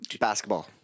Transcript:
Basketball